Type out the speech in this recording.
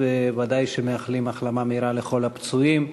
ובוודאי מאחלים החלמה מהירה לכל הפצועים.